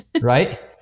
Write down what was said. Right